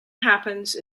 happens